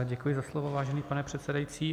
Děkuji za slovo, vážený pane předsedající.